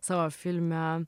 savo filme